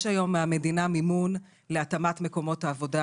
יש היום מימון מהמדינה להתאמת מקומות עבודה